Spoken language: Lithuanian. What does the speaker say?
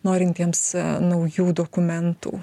norintiems naujų dokumentų